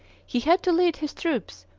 he had to lead his troops,